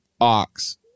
Ox